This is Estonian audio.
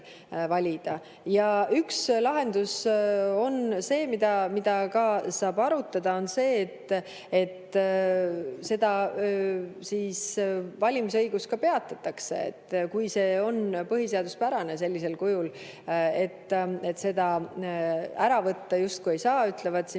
Ja üks lahendus, mida ka saab arutada, on see, et valimisõigus peatatakse – kui see on põhiseaduspärane sellisel kujul, et seda ära võtta justkui ei saa, ütlevad siin